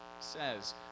says